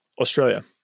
Australia